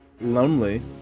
lonely